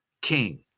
king